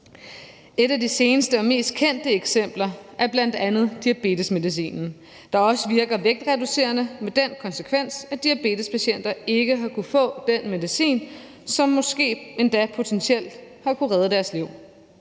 Et af de seneste og mest kendte eksempler er bl.a. diabetesmedicinen, der også virker vægtreducerende med den konsekvens, at diabetespatienter ikke har kunnet få den medicin, som måske endda potentielt har kunnet redde deres liv,